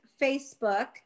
Facebook